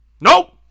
Nope